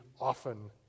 often